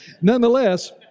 Nonetheless